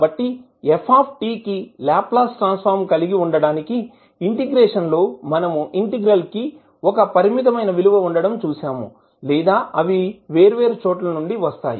కాబట్టి f కి Laplace transform కలిగి ఉండటానికి ఇంటిగ్రేషన్ లో మనము ఇంటిగ్రల్ కి ఒక పరిమితమైన విలువ ఉండటం చూసాము లేదా అవి వేర్వేరు చోట్ల నుండి వస్తాయి